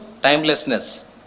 timelessness